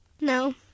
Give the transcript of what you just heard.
No